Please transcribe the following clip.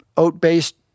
Oat-based